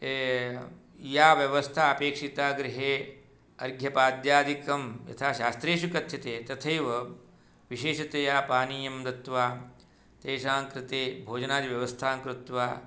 या व्यवस्था अपेक्षिता गृहे अर्घ्यपाद्यादिकं यथा शास्त्रेषु कथ्यते तथैव विशेषतया पानीयं दत्त्वा तेषाङ्कृते भोजनादि व्यवस्थाङ्कृत्वा